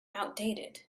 outdated